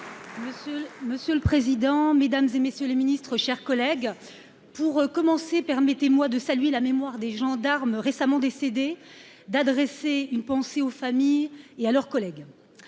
Monsieur le président, Mesdames et messieurs les Ministres, chers collègues, pour commencer, permettez-moi de saluer la mémoire des gendarmes, récemment décédé d'adresser une pensée aux familles et à leurs collègues